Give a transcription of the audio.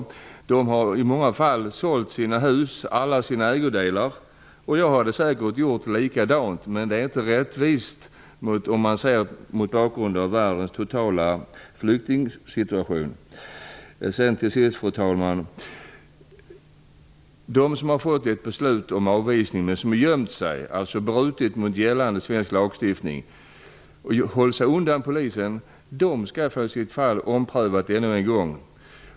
Människorna har i många fall sålt sina hus och alla sina ägodelar, och jag hade säkert gjort likadant. Men det är inte rättvist om man ser till världens totala flyktingsituation. De som har fått ett beslut om avvisning men gömt sig, alltså brutit mot gällande svensk lag och hållit sig undan polisen, skall få sitt fall omprövat ännu en gång.